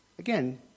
Again